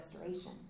restoration